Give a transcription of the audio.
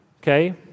Okay